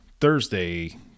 Thursday